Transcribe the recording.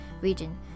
region